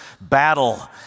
battle